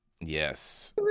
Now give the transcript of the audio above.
yes